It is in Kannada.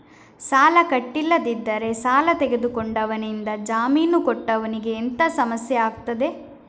ಸಾಲ ಕಟ್ಟಿಲ್ಲದಿದ್ದರೆ ಸಾಲ ತೆಗೆದುಕೊಂಡವನಿಂದ ಜಾಮೀನು ಕೊಟ್ಟವನಿಗೆ ಎಂತ ಸಮಸ್ಯೆ ಆಗ್ತದೆ?